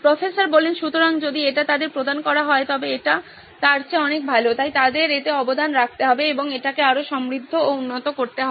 professor সুতরাং যদি এটি তাদের প্রদান করা হয় তবে এটি তার চেয়ে অনেক ভালো তাই তাদের এতে অবদান রাখতে হবে এবং এটিকে আরও সমৃদ্ধ ও উন্নত করতে হবে